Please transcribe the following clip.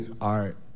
art